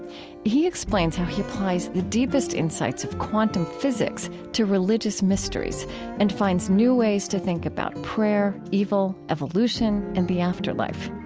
he explains how he applies the deepest insights of quantum physics to religious mysteries and finds new ways to think about prayer, evil, evolution, and the afterlife.